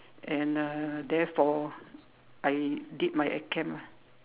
and uh therefore I did my I can lah